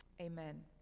Amen